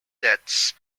deaths